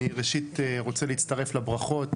אני ראשית רוצה להצטרף לברכות,